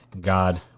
God